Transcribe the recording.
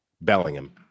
Bellingham